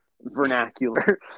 vernacular